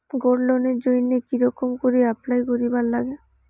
Gold লোনের জইন্যে কি রকম করি অ্যাপ্লাই করিবার লাগে?